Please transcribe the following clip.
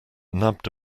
nabbed